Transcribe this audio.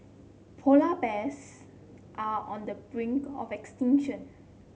polar bears are on the brink of extinction